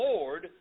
Lord